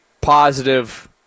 positive